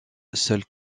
seuls